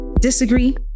disagree